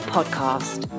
Podcast